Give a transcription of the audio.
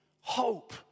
hope